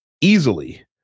easily